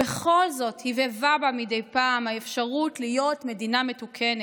בכל זאת הבהבה בה מדי פעם האפשרות להיות מדינה מתוקנת,